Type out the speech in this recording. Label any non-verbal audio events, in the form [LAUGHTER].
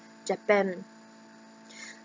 japan [BREATH]